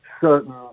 certain